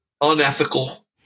unethical